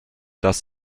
dass